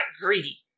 greedy